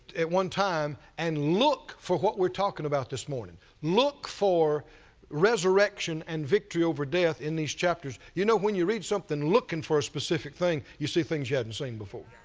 at one time and look for what we're talking about this morning. look for resurrection and victory over death in these chapters. you know, when you read something looking and for specific thing you see things you haven't seen before.